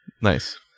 Nice